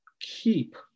keep